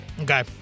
okay